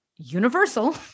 Universal